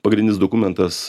pagrindinis dokumentas